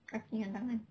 kaki dengan tangan